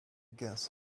guess